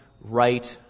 right